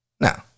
No